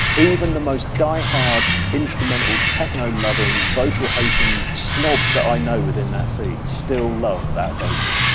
even the most diehard instrumental techno loving vocal hating snobs that i know within that scene still love that vocal.